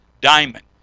diamond